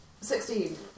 Sixteen